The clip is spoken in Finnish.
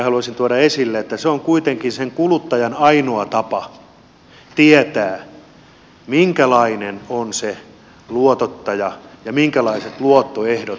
haluaisin tuoda esille että se on kuitenkin kuluttajan ainoa tapa tietää minkälainen on se luotottaja ja minkälaiset ovat luottoehdot